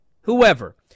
whoever